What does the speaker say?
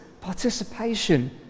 participation